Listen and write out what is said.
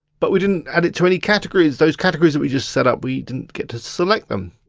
but we didn't add it to any categories. those categories that we just set up, we didn't get to select them.